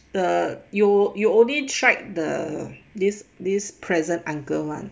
the you you only tried the this this present uncle [one]